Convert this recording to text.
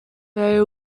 very